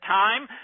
time